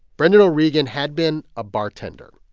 brendan o'regan had been a bartender,